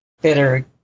better